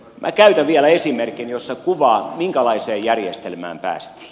minä käytän vielä esimerkin jossa kuvaan minkälaiseen järjestelmään päästiin